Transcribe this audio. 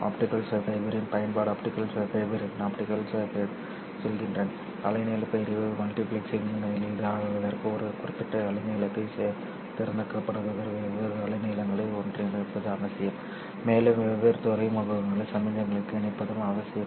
optical ஃபைபரின் பயன்பாடு optical ஃபைபரின் பயன்பாட்டின் செயல்திறன் அலைநீளப் பிரிவு மல்டிபிளெக்சிங்கை எளிதாக்குவதற்கு ஒரு குறிப்பிட்ட அலைநீளத்தைத் தேர்ந்தெடுப்பதற்கு வெவ்வேறு அலைநீளங்களை ஒன்றிணைப்பது அவசியம் மேலும் வெவ்வேறு துறைமுகங்களில் சமிக்ஞைகளை இணைப்பதும் அவசியம்